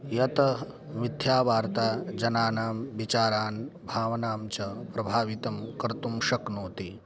यतः मिथ्यावार्ता जनानां विचारान् भावनां च प्रभावितं कर्तुं शक्नोति